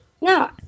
No